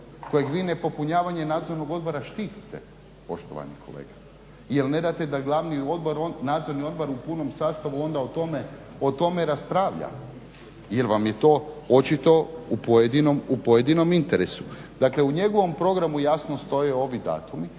kojeg vi nepopunjavanje nadzornog odbora štitite poštovani kolega. Jel ne date da glavni odbor, nadzorni odbor u punom sastavu onda o tome raspravlja jer vam je to očito u pojedinom interesu. Dakle u njegovom programu jasno stoje ovi datumi